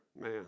Man